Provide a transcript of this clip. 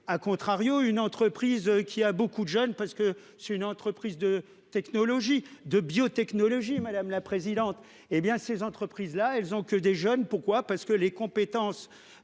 à contrario, une entreprise qui a beaucoup de jeunes parce que c'est une entreprise de technologie de biotechnologie, madame la présidente, hé bien ces entreprises là elles ont que des jeunes pourquoi parce que les compétences.